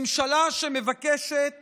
ממשלה שמבקשת